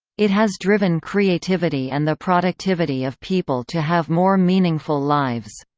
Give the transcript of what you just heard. it has driven creativity and the productivity of people to have more meaningful lives.